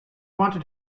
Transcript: wanted